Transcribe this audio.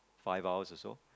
five hours or so